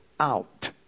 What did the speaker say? out